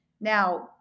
Now